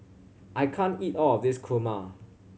I can't eat all of this kurma